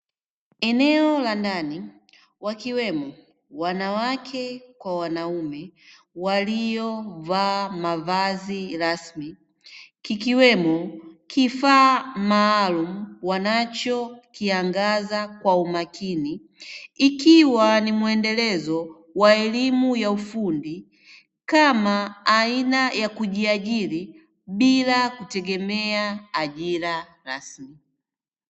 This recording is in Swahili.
Eneo la ndani wakiwemo wanawake kwa wanaume waliovaa mavazi rasmi kikiwemo kifaa maalumu, wanachokiangaza kwa umakini ikiwa ni mwendelezo wa elimu ya ufundi kama aina ya kujiajiri bila kutegemea ajira rasmi.